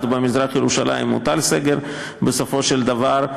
במזרח-ירושלים הוטל סגר בסופו של דבר.